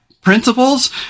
principles